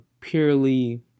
purely